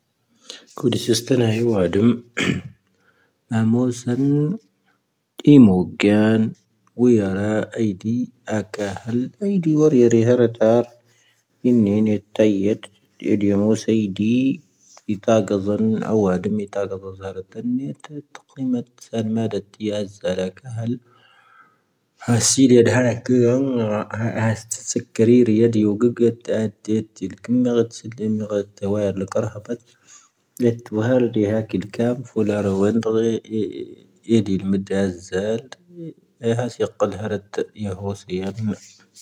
ⴽⵓⴷⵉⵙⵉⵙⵜⴰⵏⴰ ⵀⴻⵡⴰⴷⵓⵎ. ⵎⴰⵎoⵣⴰⵏ. ⴻⵎooⴳⵊⴰⵏ. ⵡⴻⵀⴰⵔⴰ ⴰⵉⴷⵉ ⴰⴽⴰⵀⴰⵍ. ⴰⵉⴷⵉ ⵡⴰⵔⵉⵔⵉⵀⴰⵔⴰⵜⴰⵔ. ⵉⵏⵏⴻ ⵏⵉⵜⴰⵢⴻⵜ. ⴻⴷⵢⴻⵎooⵙ ⴰⵉⴷⵉ. ⵜⴳⴰⵣⴰⵏ. ⴰⵡⴰⴷⵓⵎ ⵜⴳⴰⵣⴰⵏ ⵣⴰⵔⴰⵜⴰⵏ. ⵏⵉⵜⴰⵜⵇⵉⵎⴰⵜ. ⵙⴰⵏ ⵎⴰⴷⴰⵜⵉⴰⵣⵣⴰ ⵍⴰⴽⴰⵀⴰⵍ. ⴰⵙⵉⵍ ⵢⴰⴷⴰⵀⴰⵍⴰⴽⵉⵢⴰⵏ. ⴰⴰⵙⵜⴰⵜⵙⴻⴽⴽⴰⵔⵉ ⵔⵉⵢⴰⴷⵉ. oⴳⵉⴳⴰⵜ ⴰⴰⵜⵉⵜ. ⴳⵎⴳⴰⵜ ⵙⵉⵍ ⴷⵎⴳⴰⵜ. ⵏⵉⵜⴰⵢⴻⵜ. ⴰⴰⴽⵉⵍ ⴽⴰⵎⴰⴼ. ⵢⴰⴷⴰⵀⴰⵍⴰⴽⵉⵢⴰⵏ. ⴰⴰⴽⵉⵍ ⴽⴰⵎⴰⴼ. ⴰⴰⴽⵉⵍ ⴽⴰⵎⴰⴼ.